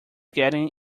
getting